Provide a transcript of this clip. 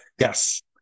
Yes